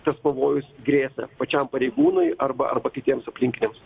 tas pavojus grėsė pačiam pareigūnui arba arba kitiems aplinkiniams